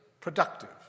productive